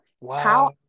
Wow